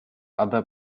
other